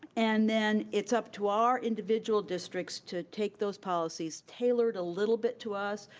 and then it's up to our individual districts to take those policies, tailored a little bit to us,